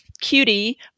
Cutie